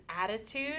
attitude